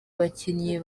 bakinnyi